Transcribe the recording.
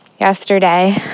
yesterday